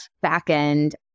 back-end